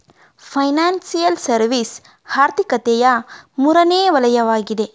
financial service ಆರ್ಥಿಕತೆಯ ಮೂರನೇ ವಲಯವಗಿದೆ